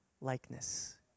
likeness